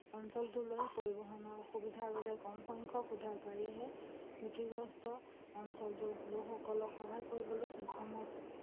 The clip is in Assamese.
অঞ্চলটোলৈ পৰিবহণৰ অসুবিধাৰ বাবে কম সংখ্যক উদ্ধাৰকাৰীয়েহে ক্ষতিগ্ৰস্ত অঞ্চলটোৰ লোকসকলক সহায় কৰিবলৈ সক্ষম হৈছে